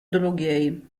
drugiej